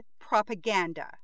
propaganda